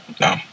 No